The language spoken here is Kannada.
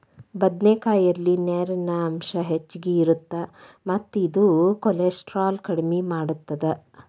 ಬದನೆಕಾಯಲ್ಲಿ ನೇರಿನ ಅಂಶ ಹೆಚ್ಚಗಿ ಇರುತ್ತ ಮತ್ತ ಇದು ಕೋಲೆಸ್ಟ್ರಾಲ್ ಕಡಿಮಿ ಮಾಡತ್ತದ